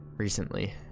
recently